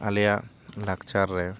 ᱟᱞᱮᱭᱟᱜ ᱞᱟᱠᱪᱟᱨᱮ